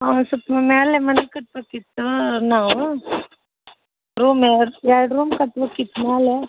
ಹಾಂ ಸೊಲ್ಪ ಮ್ಯಾಲೆ ಮನೆ ಕಟ್ಬೇಕಿತ್ತು ನಾವು ರೂಮ್ ಎರಡು ಎರಡು ರೂಮ್ ಕಟ್ಬೇಕಿತ್ತು ಮ್ಯಾಲೆ